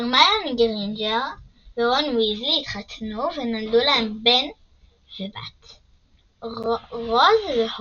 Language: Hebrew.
הרמיוני גריינג'ר ורון ויזלי התחתנו ונולדו להם בן ובת – רוז והוגו.